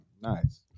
Nice